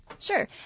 Sure